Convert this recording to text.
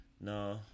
no